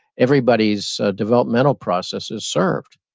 everybody's developmental process is served.